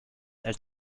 elle